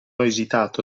esitato